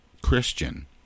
Christian